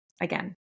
again